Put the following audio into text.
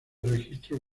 registro